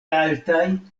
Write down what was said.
altaj